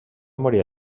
morir